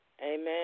Amen